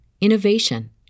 innovation